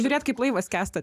žiūrėt kaip laivas skęsta